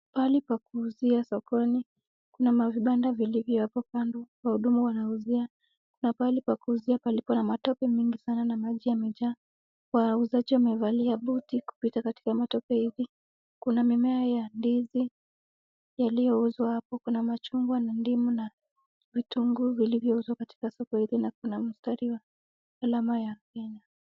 Pahali pa kuuzia sokoni, kuna mavibanda vilivyo hapo kando wahudumu wanauzia. Kuna pahali pa kuuzia palipo na matope mingi sana na maji yamejaa. Wauzaji wamevaa buti kupita katika matope hivi. Kuna mimea ya ndizi yaliyuzwa hapo. Kuna machungwa na ndimu na vitunguu vilivyouzwa katika soko hili na kuna mstari wa alama ya Kenya.